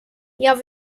jag